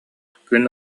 күн